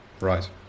Right